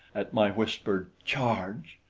at my whispered charge!